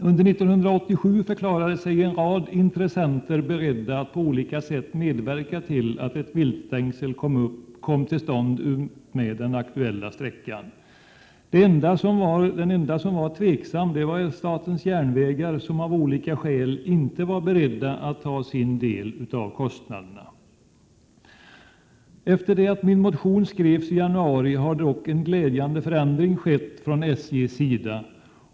Under 1987 förklarade sig en rad intressenter beredda att på olika sätt medverka till att ett viltstängsel utmed den aktuella sträckan sattes upp. Den enda som var tveksam var SJ, som av olika skäl inte var berett att ta sin del av kostnaderna. Efter det att min motion skrevs i januari har dock en glädjande förändring skett från SJ:s sida.